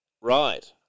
Right